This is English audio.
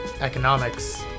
economics